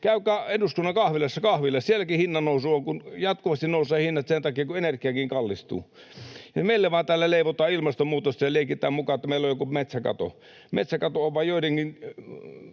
Käykää eduskunnan kahvilassa kahvilla, sielläkin jatkuvasti nousevat hinnat sen takia, kun energiakin kallistuu. Ja meillä täällä vaan leivotaan ilmastonmuutosta ja leikitään muka, että meillä on joku metsäkato. Metsäkato on vain professori